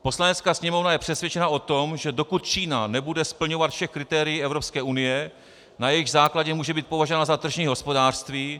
Poslanecká sněmovna je přesvědčena o tom, že dokud Čína nebude splňovat všechna kritéria Evropské unie, na jejichž základě může být považována za tržní hospodářství...